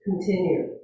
continue